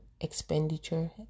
expenditure